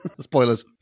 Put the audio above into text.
Spoilers